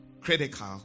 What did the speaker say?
critical